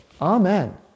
amen